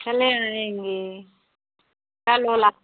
चले आएँगें कल वाला